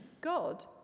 God